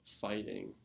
fighting